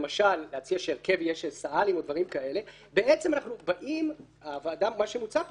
למשל להציע שההרכב יהיה של סא"לים או דברים כאלה מה שמוצע פה